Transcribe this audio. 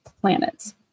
planets